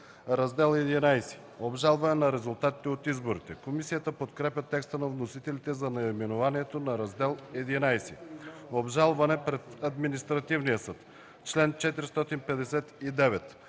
„Раздел XI – Обжалване на резултатите от изборите.” Комисията подкрепя текста на вносителите за наименованието на Раздел XI. „Обжалване пред Административния съд.”